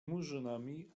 murzynami